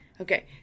Okay